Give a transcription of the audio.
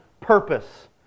purpose